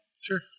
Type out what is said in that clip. Sure